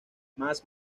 más